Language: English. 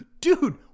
Dude